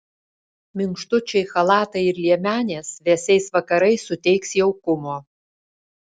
minkštučiai chalatai ir liemenės vėsiais vakarais suteiks jaukumo